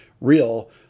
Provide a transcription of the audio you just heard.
real